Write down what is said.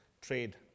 trade